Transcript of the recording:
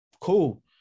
cool